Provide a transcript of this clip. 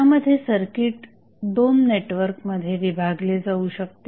यामध्ये सर्किट दोन नेटवर्कमध्ये विभागले जाऊ शकते